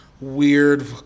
weird